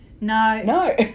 No